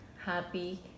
happy